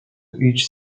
each